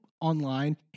online